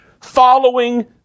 following